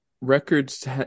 records